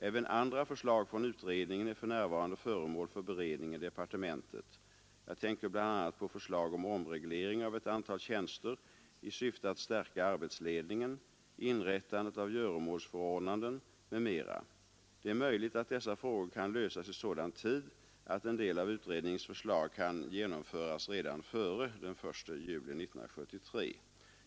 Även andra förslag från utredningen är för närvarande föremål för beredning i departementet. Jag tänker bl.a. på förslag om: omreglering av ett antal tjänster i syfte att stärka arbetsledningen, inrättandet av göromålsförordnanden m.m. Det är möjligt att dessa frågor kan lösas i sådan tid att en del av utredningens förslag kan genomföras redan före den 1 juli 1973.